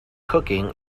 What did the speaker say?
cooking